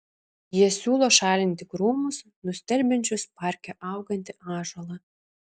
jie siūlo šalinti krūmus nustelbiančius parke augantį ąžuolą